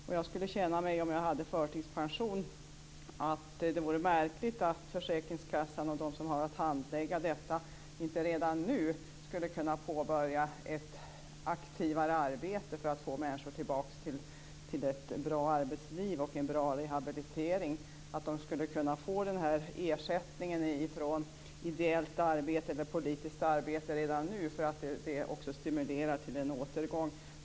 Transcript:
Om jag hade förtidspension skulle jag tycka att det var märkligt att försäkringskassan och de som har att handlägga detta inte redan nu kunde påbörja ett aktivare arbete för att få människor tillbaka till ett bra arbetsliv och en bra rehabilitering. Skulle de inte kunna få den här ersättningen från ideellt eller politiskt arbete redan nu, eftersom det också stimulerar till en återgång?